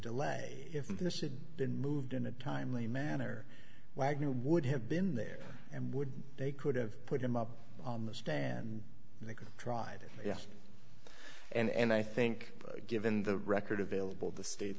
delay if this had been moved in a timely manner wagner would have been there and would they could have put him up on the stand and they could tried yes and i think given the record available the state